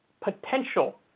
potential